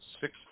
Six